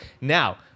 Now